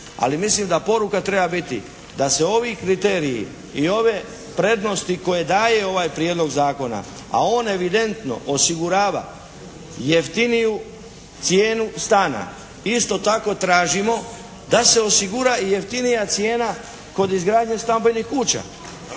ali mislim da poruka treba biti da se ovi kriteriji i ove prednosti koje daje ovaj prijedlog zakona, a on evidentno osigurava jeftiniju cijenu stana. Isto tako tražimo da se osigura i jeftinija cijena kod izgradnje stambenih kuća,